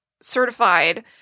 certified